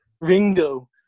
Ringo